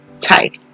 type